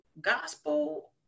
gospel